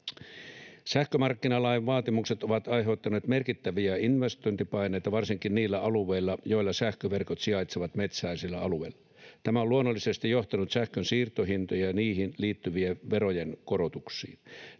Sähkömarkkinalain vaatimukset ovat aiheuttaneet merkittäviä investointipaineita varsinkin niillä alueilla, joilla sähköverkot sijaitsevat metsäisillä alueilla. Tämä on luonnollisesti johtanut sähkön siirtohintojen ja niihin liittyvien verojen korotuksiin.